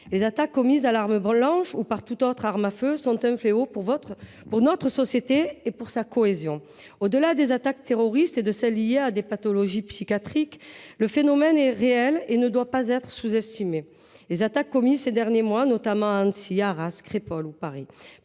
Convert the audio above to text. Les attaques commises à l’arme blanche ou par toute autre arme sont un fléau pour notre société et sa cohésion. Au delà des attaques dues au terrorisme ou liées à des pathologies psychiatriques, le phénomène est réel et ne doit pas être sous estimé. Les attaques particulièrement barbares commises ces derniers mois, notamment à Annecy, Arras, Crépol ou Paris,